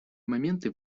моменты